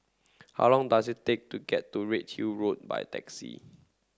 how long does it take to get to Redhill Road by taxi